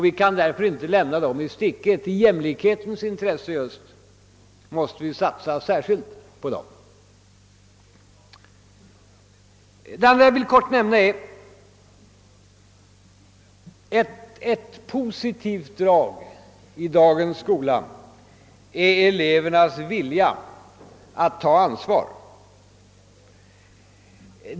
Vi kan därför inte lämna dem i sticket; i jämlikhetens intresse måste vi satsa särskilt på dem. Det andra jag kortfattat vill ta upp är att ett positivt drag i dagens skola är elevernas vilja att ta ansvar.